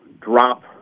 drop